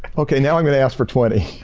okay, now i'm going to ask for twenty.